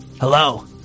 Hello